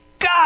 God